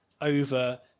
over